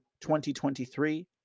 2023